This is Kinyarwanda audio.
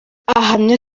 ahamya